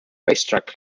racetrack